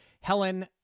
Helen